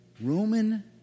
Roman